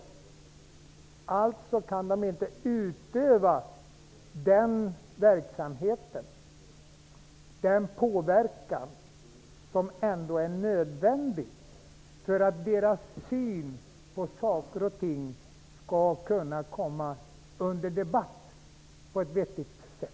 De kan alltså inte utöva den påverkan som är nödvändig för att deras syn på saker och ting skall kunna tas upp till debatt på ett vettigt sätt.